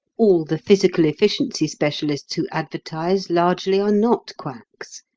all the physical efficiency specialists who advertise largely are not quacks.